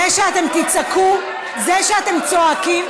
זה שאתם תצעקו, זה שאתם צועקים,